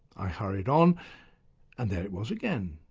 i hurried on and there it was again.